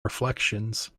reflections